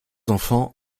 enfants